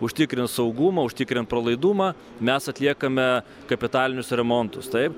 užtikrint saugumą užtikrint pralaidumą mes atliekame kapitalinius remontus taip